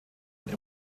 noch